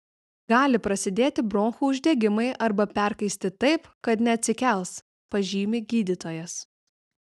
gali prasidėti bronchų uždegimai arba perkaisti taip kad neatsikels pažymi gydytojas